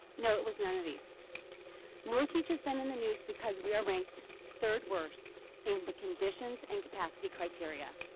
no it was none of these north beach has been in the news because we are ranked third worst in the conditions and capacity criteria.